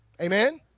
Amen